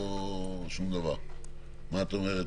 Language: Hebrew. מה את אומרת?